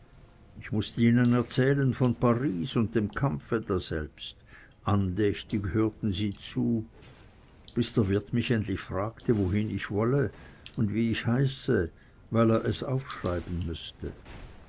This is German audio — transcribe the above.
ich mußte ihnen erzählen von paris und dem kampfe daselbst andächtig hörten sie zu bis der wirt mich endlich fragte wohin ich wolle und wie ich heiße weil er es aufschreiben müsse